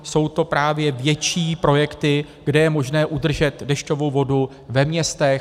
Jsou to právě větší projekty, kde je možné udržet dešťovou vodu ve městech.